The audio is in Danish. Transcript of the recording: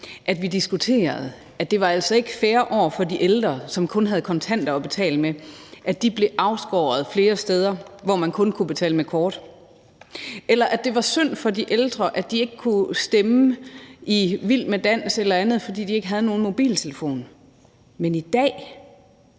at vi diskuterede, at det altså ikke var fair over for de ældre, som kun havde kontanter at betale med, at de blev afskåret fra flere steder, hvor man kun kunne betale med kort, eller at det var synd for de ældre, at de ikke kunne stemme i »Vild med dans« eller andet, fordi de ikke havde nogen mobiltelefon. Men i dag